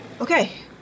Okay